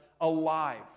alive